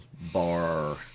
bar